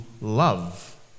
love